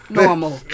normal